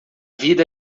vida